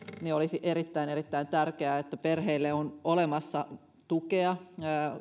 olisi erittäin erittäin tärkeää että perheille on olemassa tukea